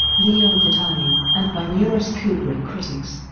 leon vitali, and by numerous kubrick critics.